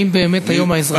האם באמת היום האזרחים,